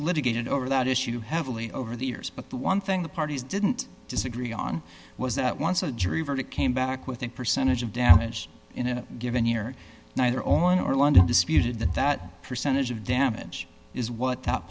litigated over that issue heavily over the years but the one thing the parties didn't disagree on was that once a jury verdict came back with a percentage of damage in a given year neither own or london disputed that that percentage of damage is what th